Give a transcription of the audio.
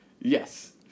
Yes